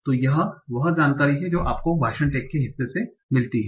तो यह वह जानकारी है जो आपको भाषण टैग के हिस्से से मिलती है